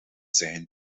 zijn